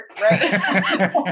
right